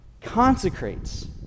consecrates